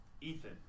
Ethan